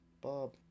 Bob